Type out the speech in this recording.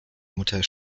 mutter